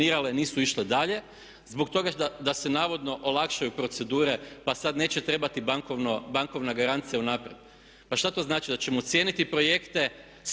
nisu išle dalje? Zbog toga da se navodno olakšaju procedure, pa sad neće trebati bankovna garancija unaprijed. Pa šta to znači da ćemo cijeniti projekte